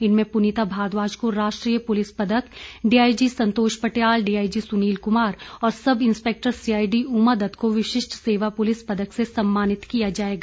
इनमें पुनीता भारद्वाज को राष्ट्रीय पुलिस पदक डीआईजी संतोष पटियाल डीआईजी सुनील क्मार और sub inspector CID Uma Dutt को विशिष्ट सेवा पुलिस पदक से सम्मानित किया जाएगा